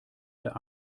der